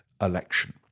election